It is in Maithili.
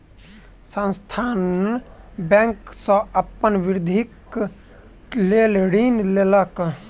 संस्थान बैंक सॅ अपन वृद्धिक लेल ऋण लेलक